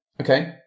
Okay